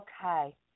okay